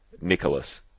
Nicholas